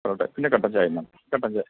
പൊറോട്ടയും പിന്നെ കട്ടൻ ചായയും വേണം കട്ടൻ ചായ